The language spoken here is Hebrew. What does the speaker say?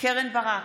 קרן ברק,